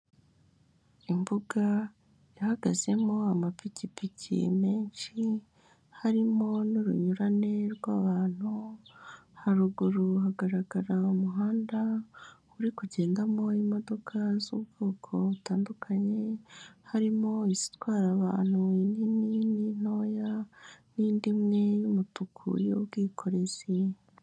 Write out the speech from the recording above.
Imbuga ihagazemo amapikipiki menshi harimo n'urunyurane rw'abantu haruguru hagaragarara umuhanda uri kugendamo imodoka z'ubwoko butandukanye, harimo izitwara abantu inini n'intoya n'indi imwe y'umutuku y'ubwikorezi.